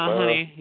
honey